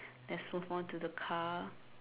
let's move on to the car